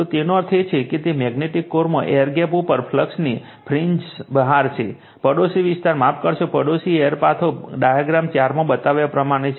તો તેનો અર્થ એ છે કે મેગ્નેટિક કોરમાં એર ગેપ ઉપર ફ્લક્સ ફ્રિન્જસ બહાર છે પડોશી વિસ્તાર માફ કરશો પડોશી એર પાથો ડાયાગ્રામ 4 માં બતાવ્યા પ્રમાણે છે